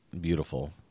beautiful